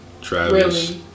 Travis